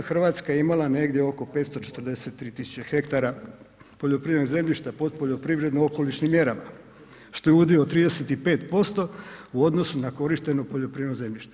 Hrvatska je imala negdje oko 543 tisuće hektara poljoprivrednog zemljišta pod poljoprivredno okolišnim mjerama, što je udio od 35% u odnosu na korišteno poljoprivredno zemljište.